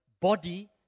body